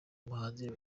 umuhanzi